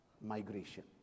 migration